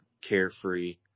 carefree